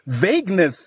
vagueness